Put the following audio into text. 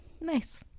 nice